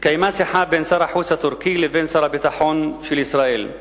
התקיימה שיחה בין שר החוץ הטורקי לבין שר הביטחון של ישראל,